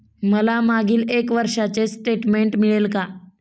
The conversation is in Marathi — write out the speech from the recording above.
मला मागील एक वर्षाचे स्टेटमेंट मिळेल का?